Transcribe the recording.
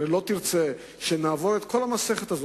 הרי לא תרצה שנעבור את כל המסכת הזאת